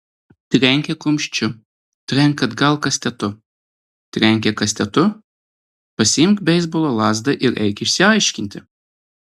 trenkė kumščiu trenk atgal kastetu trenkė kastetu pasiimk beisbolo lazdą ir eik išsiaiškinti